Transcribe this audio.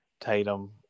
Tatum –